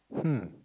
hmm